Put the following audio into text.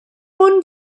ond